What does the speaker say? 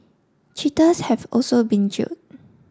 cheaters have also been jailed